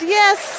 yes